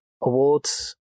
Awards